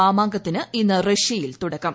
മാമാങ്കത്തിന് ഇന്ന് റഷ്യയിൽ തുടക്കം